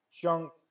junk